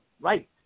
right